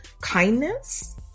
kindness